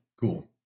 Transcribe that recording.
Cool